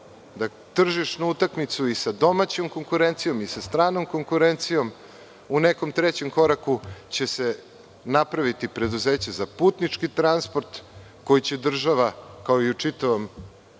tu tržišnu utakmicu i sa domaćom konkurencijom i sa stranom konkurencijom.U nekom trećem koraku će se napraviti preduzeće za putnički transport koji će država, kao i u čitavom